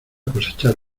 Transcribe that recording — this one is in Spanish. cosechar